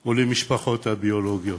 או למשפחות הביולוגיות.